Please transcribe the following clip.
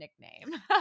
nickname